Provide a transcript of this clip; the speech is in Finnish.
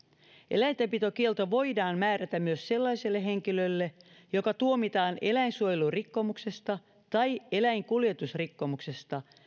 eläintenpitokielto voidaan määrätä myös sellaiselle henkilölle joka tuomitaan eläinsuojelurikkomuksesta tai eläinkuljetusrikkomuksesta